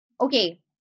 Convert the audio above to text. Okay